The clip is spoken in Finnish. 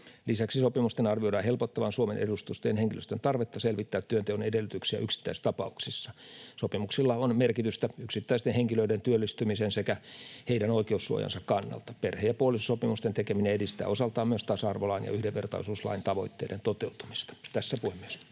Lisäksi sopimusten arvioidaan helpottavan Suomen-edustustojen henkilöstön tarvetta selvittää työnteon edellytyksiä yksittäistapauksissa. Sopimuksilla on merkitystä yksittäisten henkilöiden työllistymisen sekä heidän oikeussuojansa kannalta. Perhe- ja puolisosopimusten tekeminen edistää osaltaan myös tasa-arvolain ja yhdenvertaisuuslain tavoitteiden toteutumista. — Tässä, puhemies.